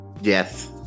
Yes